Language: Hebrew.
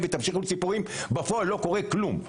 ותמשיכו בסיפורים בפועל לא קורה כלום,